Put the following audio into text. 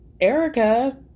erica